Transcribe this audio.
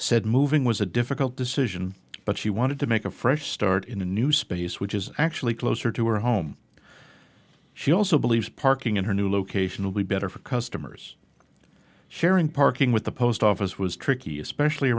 said moving was a difficult decision but she wanted to make a fresh start in a new space which is actually closer to her home she also believes parking in her new location will be better for customers sharing parking with the post office was tricky especially